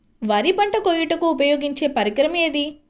వరి పంట కోయుటకు ఉపయోగించే పరికరం ఏది?